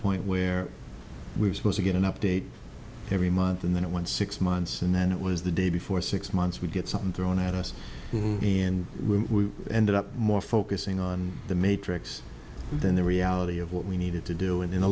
point where we were supposed to get an update every month and then it went six months and then it was the day before six months we'd get something thrown at us and we ended up more focusing on the matrix than the reality of what we needed to do in the